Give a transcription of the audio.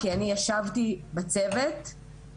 כי אני ישבתי בצוות,